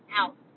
out